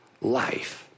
life